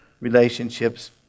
relationships